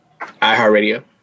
iHeartRadio